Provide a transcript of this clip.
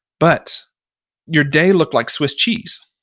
but your day looked like swiss cheese.